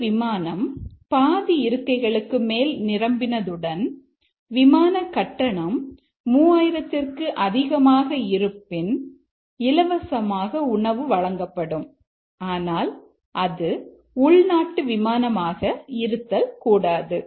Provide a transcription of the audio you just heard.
ஒரு விமானம் பாதி இருக்கைகளுக்கு மேல் நிரம்பினதுடன் விமான கட்டணம் 3000 ற்கு அதிகமாக இருப்பின் இலவசமாக உணவு வழங்கப்படும் ஆனால் அது உள்நாட்டு விமானம் ஆக இருத்தல் கூடாது